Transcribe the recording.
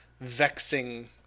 vexing